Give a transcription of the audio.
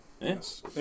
Yes